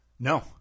No